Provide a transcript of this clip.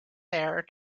there